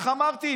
איך אמרתי,